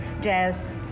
jazz